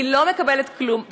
היא לא מקבלת כלום.